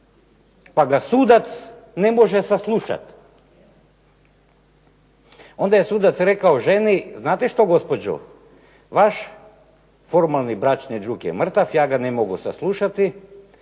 pa ga sudac ne može saslušati? Onda je sudac rekao ženi: "Znate što gospođo? Vaš formalni bračni drug je mrtav, ja ga ne mogu saslušati.